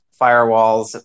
firewalls